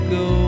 go